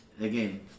again